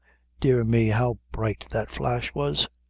dear me, how bright that flash was!